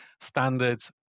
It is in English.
standards